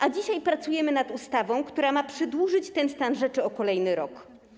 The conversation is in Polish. A dzisiaj pracujemy nad ustawą, która ma przedłużyć ten stan rzeczy o kolejny rok.